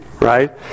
right